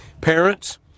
Parents